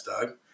dog